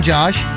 Josh